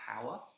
Power